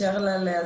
יתאפשר לה להסביר,